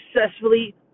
successfully